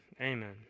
amen